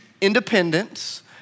independence